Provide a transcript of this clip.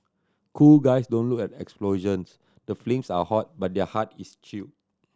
cool guys don't look at explosions the flames are hot but their heart is chilled